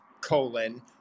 colon